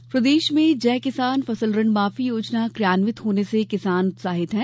ऋणमाफी प्रदेश में जय किसान फसल ऋण माफी योजना क्रियान्वित होने से किसान उत्साहित हैं